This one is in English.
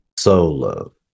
solo